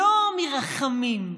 לא מרחמים,